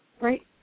right